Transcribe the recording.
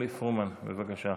אורלי פרומן, בבקשה.